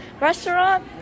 restaurant